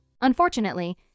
Unfortunately